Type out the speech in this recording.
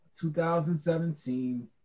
2017